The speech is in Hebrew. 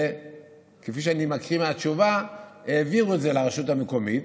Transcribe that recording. ואני מקריא מהתשובה, והעבירו את זה לרשות המקומית,